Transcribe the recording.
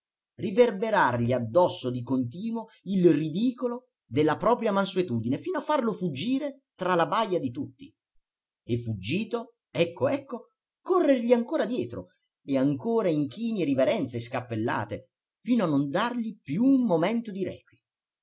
disperare riverberargli addosso di continuo il ridicolo della propria mansuetudine fino a farlo fuggire tra la baja di tutti e fuggito ecco ecco corrergli ancora dietro e ancora inchini e riverenze e scappellate fino a non dargli più un momento di